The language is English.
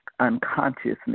Unconsciousness